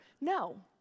No